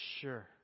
sure